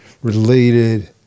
Related